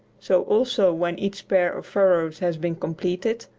so also when each pair of furrows has been completed,